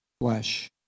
flesh